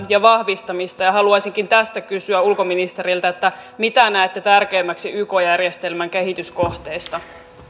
ja vahvistamista haluaisinkin tästä kysyä ulkoministeriltä minkä näette tärkeimmäksi yk järjestelmän kehityskohteista